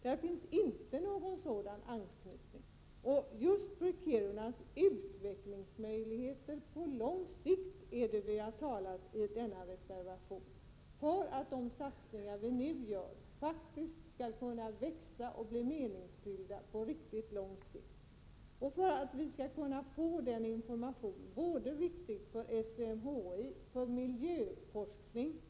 Där finns inte någon sådan anknytning som Lars Gustafsson tänker på. Det är just för Kirunas utvecklingsmöjligheter på lång sikt som vi i reservationen har talat för att de satsningar vi nu gör skall kunna växa och bli meningsfyllda på riktigt lång sikt och för att få information som är viktig för SMHI, för miljöforskning och annat.